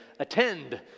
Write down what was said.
attend